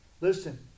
Listen